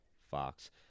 Fox